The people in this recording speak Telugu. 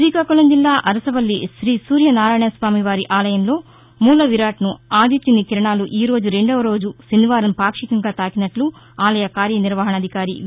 గ్రీకాకుళం జిల్లా అరసవల్లి గ్రీసూర్యనారాయణ స్వామివారి ఆలయంలో మూలవిరాట్ను ఆధిత్యుని కిరణాలు ఈరోజు రెండవరోజు శనివారం పాక్షికంగా తాకినట్లు ఆలయ కార్యనిర్వహణాధికారి వి